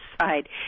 side